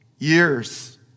Years